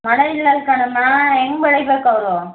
ಮಳೆ ಇಲ್ಲ ಕಣಮ್ಮ ಹೆಂಗೆ ಬೆಳಿಬೇಕು ಅವರು